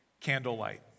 candlelight